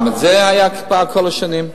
גם בזה היתה הקפאה כל השנים.